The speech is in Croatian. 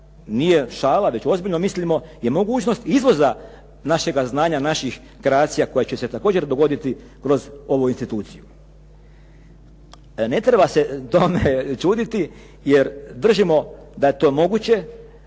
nije šala, već ozbiljno mislimo je mogućnost izvoza našega znanja naših kreacija koje će se također dogoditi kroz ovu instituciju. Ne treba se tome čuditi, jer držimo da je to moguće